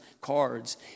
cards